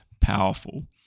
powerful